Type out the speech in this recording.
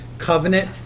covenant